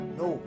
no